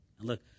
Look